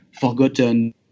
forgotten